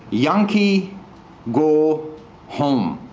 yankee go home.